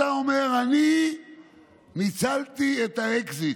אתה אומר: אני ניצלתי את האקזיט.